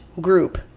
group